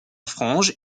franges